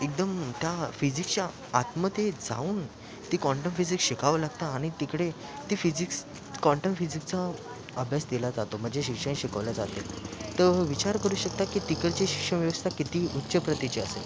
एकदम त्या फिजिक्सच्या आतमध्ये जाऊन ते क्वांटम फिजिक्स शिकावं लागतं आणि तिकडे ते फिजिक्स क्वांटम फिजिक्सचा अभ्यास दिला जातो म्हणजे शिक्षण शिकवलं जाते तर विचार करू शकता की तिकडचे शिक्षण व्यवस्था किती उच्च प्रतीची असेल